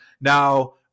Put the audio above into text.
now